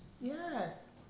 Yes